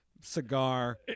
cigar